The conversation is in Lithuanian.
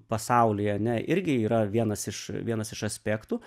pasauly ane irgi yra vienas iš vienas iš aspektų